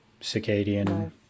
circadian